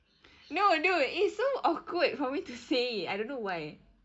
no dude it's so awkward for me to say it I don't know why